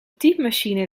typemachine